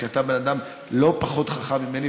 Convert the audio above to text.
כי אתה בן אדם לא פחות חכם ממני,